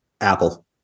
Apple